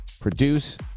produce